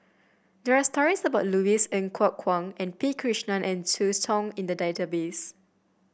there are stories about Louis Ng Kok Kwang and P Krishnan and Zhu Hong in the database